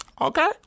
Okay